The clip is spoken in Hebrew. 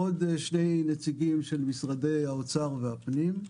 עוד שני נציגים של משרדי האוצר והפנים.